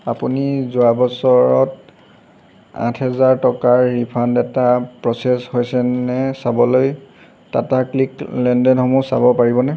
আপুনি যোৱা বছৰত আঠ হাজাৰ টকাৰ ৰিফাণ্ড এটা প্ৰ'চেছ হৈছে নে চাবলৈ টাটাক্লিক লেনদেনসমূহ চাব পাৰিবনে